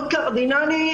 מאוד קרדינלי,